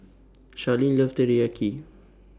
Sharlene loves Teriyaki